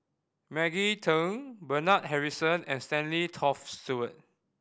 Maggie Teng Bernard Harrison and Stanley Toft Stewart